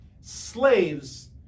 slaves